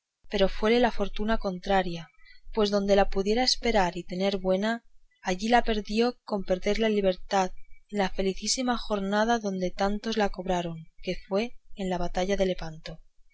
pero fuele la fortuna contraria pues donde la pudiera esperar y tener buena allí la perdió con perder la libertad en la felicísima jornada donde tantos la cobraron que fue en la batalla de lepanto